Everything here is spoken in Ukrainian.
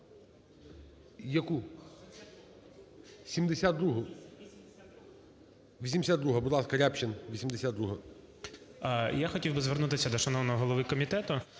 Я хотів би звернутися до шановного голови комітету.